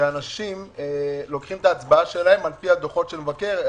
שאנשים לוקחים את ההצבעה שלהם לפי דוחות המבקר.